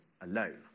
alone